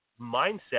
mindset